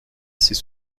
ces